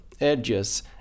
edges